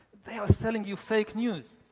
they are selling you fake news.